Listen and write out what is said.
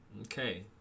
okay